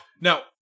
Now